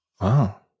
Wow